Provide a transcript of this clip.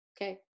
okay